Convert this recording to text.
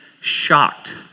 shocked